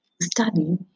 study